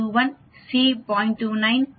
29 T மீண்டும் 0